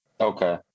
Okay